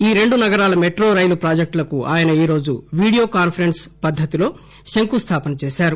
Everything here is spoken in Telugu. ఈ రెండు నగరాల మెట్రో రైలు ప్రాజెక్టులకు ఆయన కురోజు వీడియో కాన్పరెన్స్ పద్దతిలో శంకుస్థాపన చేశారు